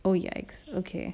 oh ya ex~ okay